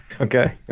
Okay